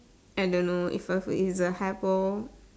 I don't know if a food is the hypo